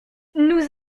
nous